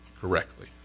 correctly